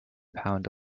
pound